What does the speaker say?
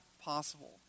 possible